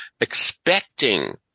expecting